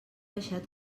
baixat